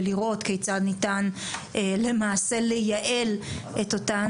ולראות כיצד ניתן למעשה לייעל את אותו